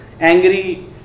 angry